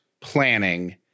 planning